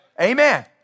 Amen